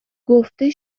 گفته